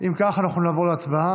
אם כך, אנחנו נעבור להצבעה.